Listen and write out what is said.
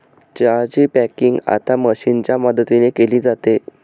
चहा ची पॅकिंग आता मशीनच्या मदतीने केली जाते